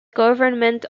government